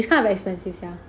is kind of expensive sia